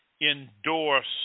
endorse